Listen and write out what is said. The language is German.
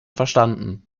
verstanden